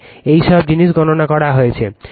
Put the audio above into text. এই সব জিনিস গণনা আছে